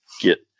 get